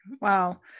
Wow